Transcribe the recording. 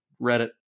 Reddit